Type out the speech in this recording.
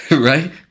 Right